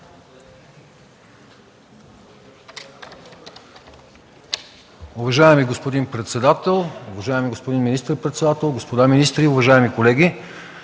Уважаеми господин председател, уважаеми господин министър-председател, господа министри, уважаеми колеги!